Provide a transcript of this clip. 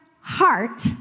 heart